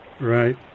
Right